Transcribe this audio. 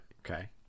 Okay